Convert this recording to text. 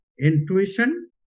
intuition